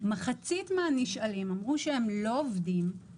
מחצית מן הנשאלים אמרו שהם לא עובדים,